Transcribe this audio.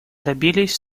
добились